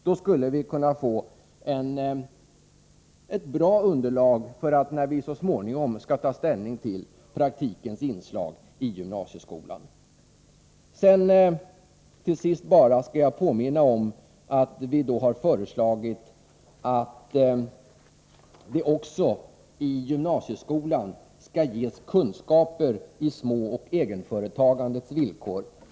Därmed skulle vi kunna få ett bra underlag när vi så småningom skall ta ställning till Till sist skall jag bara påminna om att vi har föreslagit att det också i gymnasieskolan skall ges kunskaper i småoch egenföretagandets villkor.